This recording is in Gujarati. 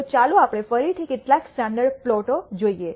તો ચાલો આપણે ફરીથી કેટલાક સ્ટાન્ડર્ડ પ્લોટો જોઈએ